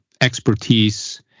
expertise